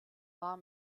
war